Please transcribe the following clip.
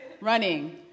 running